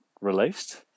released